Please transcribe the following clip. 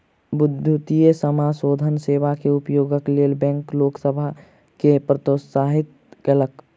विद्युतीय समाशोधन सेवा के उपयोगक लेल बैंक लोक सभ के प्रोत्साहित कयलक